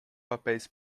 papéis